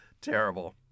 Terrible